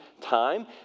time